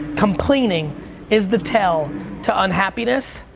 complaining is the tell to unhappiness.